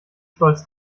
stolz